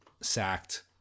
sacked